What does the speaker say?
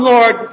Lord